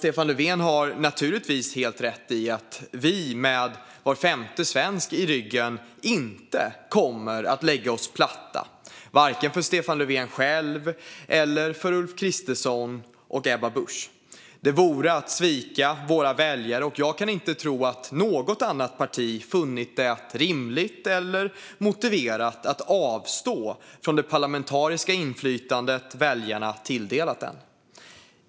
Stefan Löfven har naturligtvis helt rätt i att vi, med var femte svensk i ryggen, inte kommer att lägga oss platt vare sig för Stefan Löfven själv eller för Ulf Kristersson och Ebba Busch. Det vore att svika våra väljare, och jag kan inte tro att något annat parti har funnit det rimligt eller motiverat att avstå från det parlamentariska inflytande väljarna tilldelat det.